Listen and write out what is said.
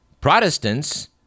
Protestants